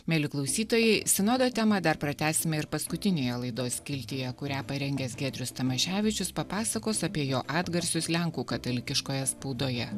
mieli klausytojai sinodo temą dar pratęsime ir paskutinėje laidos skiltyje kurią parengęs giedrius tamaševičius papasakos apie jo atgarsius lenkų katalikiškoje spaudoje